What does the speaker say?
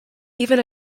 even